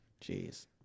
Jeez